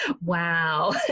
Wow